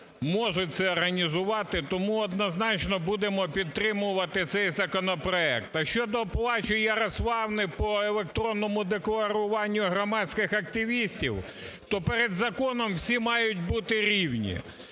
можуть це організувати. Тому однозначно будемо підтримувати цей законопроект. Щодо "плачу Ярославни" по електронному декларуванню громадських активістів, то перед законом всі мають бути рівні.